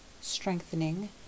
strengthening